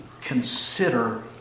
Consider